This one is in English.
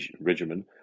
regimen